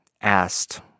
asked